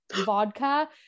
vodka